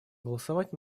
голосовать